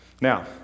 Now